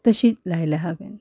तशींच लायल्यां हांवें